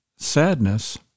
sadness